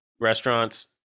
restaurants